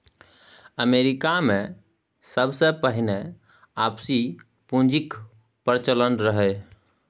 अमरीकामे सबसँ पहिने आपसी पुंजीक प्रचलन रहय